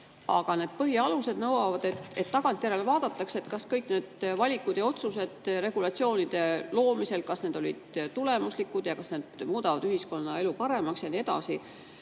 Aga need põhialused nõuavad, et tagantjärele vaadataks, kas kõik need valikud ja otsused regulatsioonide loomisel olid tulemuslikud, kas need muudavad ühiskonnaelu paremaks ja nii edasi.